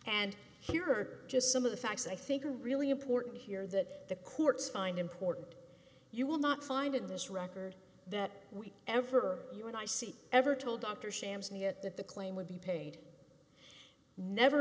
and here are just some of the facts i think are really important here that the courts find important you will not find in this record that we ever you and i see ever told dr shams and yet that the claim would be paid never